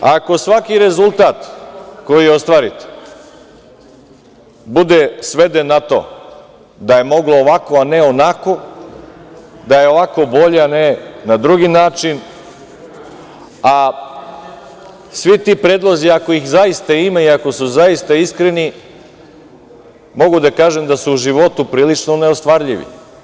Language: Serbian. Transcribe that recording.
Ako svaki rezultat koji ostvarite bude sveden na to da je moglo ovako a ne onako, da je ovako bolje a ne na drugi način, a svi ti predlozi, ako ih zaista ima i ako su zaista iskreni, mogu da kažem da su u životu prilično neostvarljivi.